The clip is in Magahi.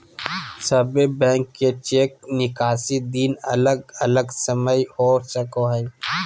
सभे बैंक के चेक निकासी दिन अलग अलग समय हो सको हय